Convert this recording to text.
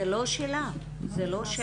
זה לא שלה, זה ברווחה.